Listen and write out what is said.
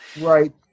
Right